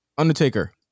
Undertaker